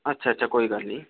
अच्छा अच्छा कोई गल्ल नि